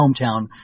Hometown